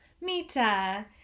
Mita